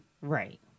Right